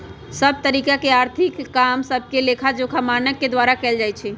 सभ तरिका के आर्थिक काम सभके लेखाजोखा मानक के द्वारा कएल जाइ छइ